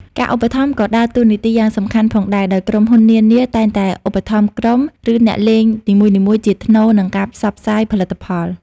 ការឧបត្ថម្ភ ក៏ដើរតួនាទីយ៉ាងសំខាន់ផងដែរ ដោយក្រុមហ៊ុននានាតែងតែឧបត្ថម្ភក្រុម ឬអ្នកលេងនីមួយៗជាថ្នូរនឹងការផ្សព្វផ្សាយផលិតផល។